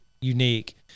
unique